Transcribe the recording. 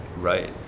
Right